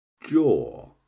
jaw